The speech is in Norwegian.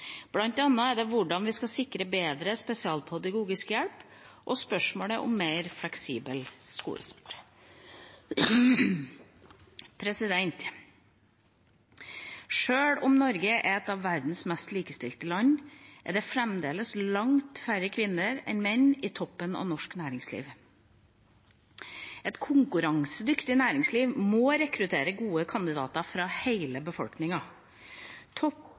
annet gjelder det hvordan vi kan sikre bedre spesialpedagogisk hjelp og spørsmålet om mer fleksibel skolestart. Sjøl om Norge er et av verdens mest likestilte land, er det fremdeles langt færre kvinner enn menn i toppen av norsk næringsliv. Et konkurransedyktig næringsliv må rekruttere gode kandidater fra hele